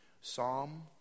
Psalm